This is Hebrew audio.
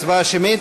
הצבעה שמית.